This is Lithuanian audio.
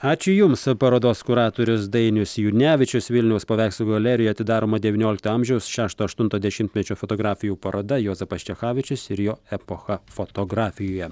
ačiū jums parodos kuratorius dainius junevičius vilniaus paveikslų galerijoj atidaroma devyniolikto amžiaus šešto aštunto dešimtmečio fotografijų paroda juozapas čechavičius ir jo epocha fotografijoje